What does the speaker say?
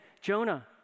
Jonah